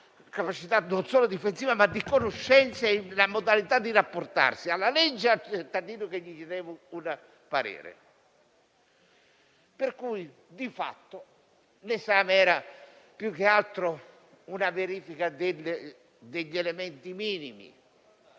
capacità, non solo difensive, ma della sua conoscenza e modalità di rapportarsi alla legge e al cittadino che gli chiedeva un parere. Per cui, di fatto, l'esame era, più che altro, una verifica degli elementi minimi